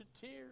tears